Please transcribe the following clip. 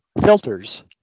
filters